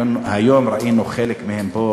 היום ראינו חלק מהם פה,